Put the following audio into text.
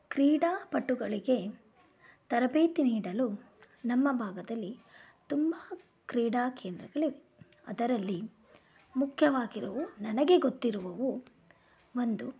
ಕ್ರೀಡಾಪಟುಗಳಿಗೆ ತರಬೇತಿ ನೀಡಲು ನಮ್ಮ ಭಾಗದಲ್ಲಿ ತುಂಬ ಕ್ರೀಡಾ ಕೇಂದ್ರಗಳಿವೆ ಅದರಲ್ಲಿ ಮುಖ್ಯವಾಗಿರುವ ನನಗೆ ಗೊತ್ತಿರುವವು ಒಂದು